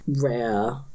rare